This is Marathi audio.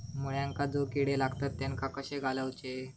मुळ्यांका जो किडे लागतात तेनका कशे घालवचे?